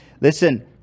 Listen